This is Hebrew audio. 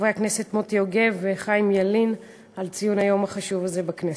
לחברי הכנסת מוטי יוגב וחיים ילין על ציון היום החשוב הזה בכנסת.